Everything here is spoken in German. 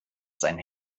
sein